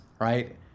right